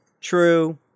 true